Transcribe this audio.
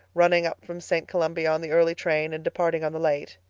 running up from st. columbia on the early train and departing on the late.